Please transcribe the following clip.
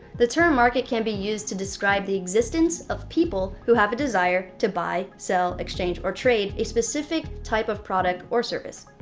the term market can be used to describe the existence of people who have a desire to buy, sell, exchange, or trade a specific type of product or service.